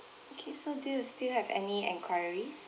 okay so do you still have any enquiries